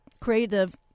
creative